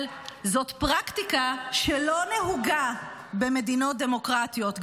אבל זאת פרקטיקה שלא נהוגה במדינות דמוקרטיות,